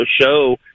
show